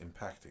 impacting